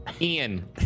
Ian